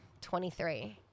23